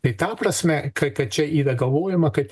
tai ta prasme ka kad čia yra galvojama kad